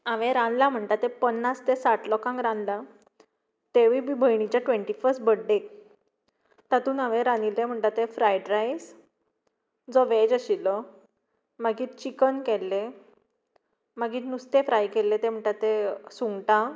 हांवें रांदलां म्हणटां तें पन्नास ते साठ लोकांक रांदलां तेंवूय बी भयणीच्या ट्वेंटी फर्स्ट बर्थडॅक तातूंत हांवें रांदिल्लें म्हणटा तें फ्राय्ड रायस जो वॅज आशिल्लो मागीर चिकन केल्लें मागीर नुस्तें फ्राय केल्लें तें म्हणटात तें सुंगटां